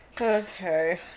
Okay